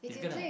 it's gonna